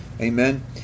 Amen